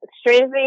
Strangely